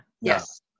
yes